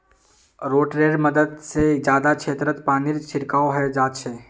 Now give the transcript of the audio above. रोटेटरैर मदद से जादा क्षेत्रत पानीर छिड़काव हैंय जाच्छे